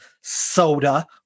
soda